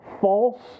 false